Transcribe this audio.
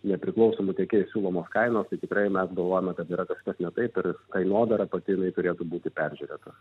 nepriklausomų tiekėjų siūlomos kainos tai tikrai mes galvojame kad yra kažkas ne taip ir kainodara pati jinai turėtų būti peržiūrėta